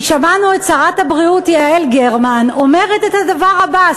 כי שמענו את שרת הבריאות יעל גרמן אומרת את הדבר הבא,